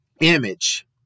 image